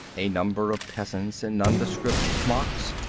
a number of peasants in nondescript smocks,